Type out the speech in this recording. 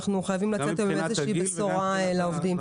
אנחנו חייבים לצאת היום עם איזושהי בשורה לעובדים.